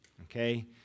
Okay